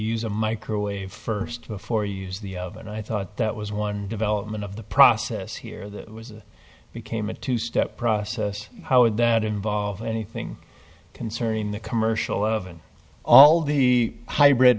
use a microwave first before you use the of and i thought that was one development of the process here became a two step process how would that involve anything concerning the commercial oven all the hybrid